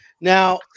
Now